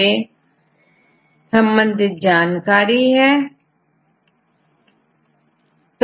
मुख्य रूप से यह संयुक्त प्रोटीन इनफॉरमेशन रिसोर्स है